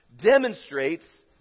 demonstrates